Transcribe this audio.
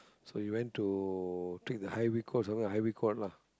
so you went to take the highway course something like highway code lah